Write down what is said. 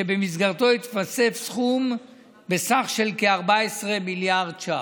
שבמסגרתו התווסף סכום של כ-14 מיליארד ש"ח.